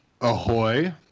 Ahoy